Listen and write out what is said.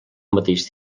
mateix